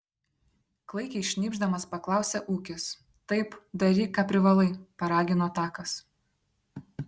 klaikiai šnypšdamas paklausė ūkis taip daryk ką privalai paragino takas